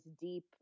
deep